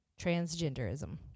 transgenderism